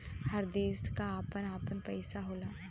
हर देश क आपन आपन पइसा होला